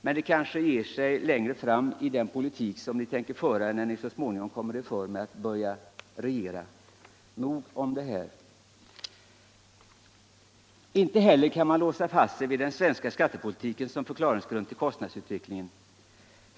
Men det kanske ger sig längre fram i den politik ni tänker föra när ni så småningom kommer er för med att börja regera. — Nog om detta. Inte heller kan man låsa sig fast vid den svenska skattepolitiken som förklaringsgrund till kostnadsutvecklingen.